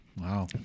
Wow